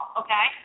okay